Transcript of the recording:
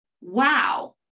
wow